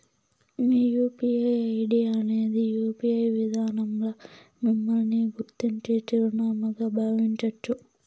మీ UPI ID అనేది UPI విదానంల మిమ్మల్ని గుర్తించే చిరునామాగా బావించచ్చు